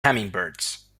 hummingbirds